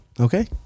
Okay